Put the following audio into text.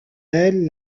aile